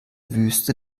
wüste